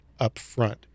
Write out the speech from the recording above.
upfront